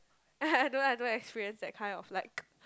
I don't I don't experience that kind of like